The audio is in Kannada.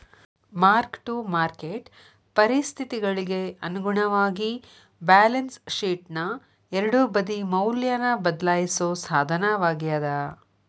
ಮಾರ್ಕ್ ಟು ಮಾರ್ಕೆಟ್ ಪರಿಸ್ಥಿತಿಗಳಿಗಿ ಅನುಗುಣವಾಗಿ ಬ್ಯಾಲೆನ್ಸ್ ಶೇಟ್ನ ಎರಡೂ ಬದಿ ಮೌಲ್ಯನ ಬದ್ಲಾಯಿಸೋ ಸಾಧನವಾಗ್ಯಾದ